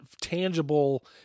tangible